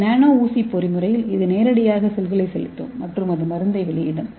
இந்த நானோ ஊசி பொறிமுறையில் இது நேரடியாக செல்களை செலுத்தும் மற்றும் அது மருந்தை வெளியிடும்